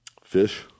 fish